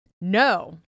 No